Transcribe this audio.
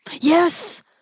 Yes